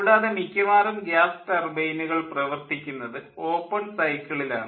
കൂടാതെ മിക്കവാറും ഗ്യാസ് ടർബൈനുകൾ പ്രവർത്തിക്കുന്നത് ഓപ്പൺ സൈക്കിളിൽ ആണ്